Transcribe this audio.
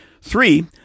Three